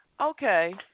okay